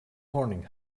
morning